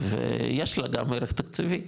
ויש לה גם ערך תקציבי,